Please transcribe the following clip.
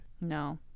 No